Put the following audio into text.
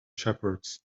shepherds